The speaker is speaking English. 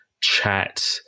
chat